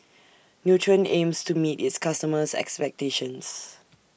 Nutren aims to meet its customers' expectations